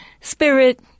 spirit